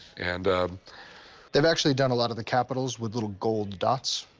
and they've actually done a lot of the capitals with little gold dots.